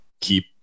keep